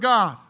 God